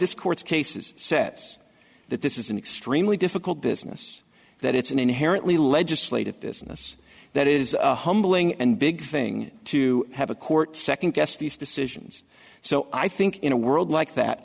this court's cases says that this is an extremely difficult business that it's an inherently legislative business that it is humbling and big thing to have a court second guess these decisions so i think in a world like that